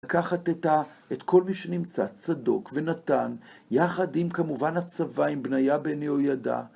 לקחת את כל מי שנמצא, צדוק ונתן, יחד עם כמובן הצבא, עם בנייה בן יהוידע.